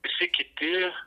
visi kiti